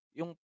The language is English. yung